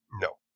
No